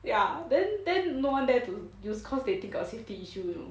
ya then then no one dare to use cause they think got safety issue